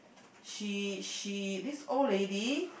she she this old lady